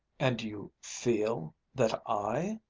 and you feel that i.